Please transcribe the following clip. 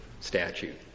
statute